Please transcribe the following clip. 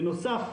בנוסף,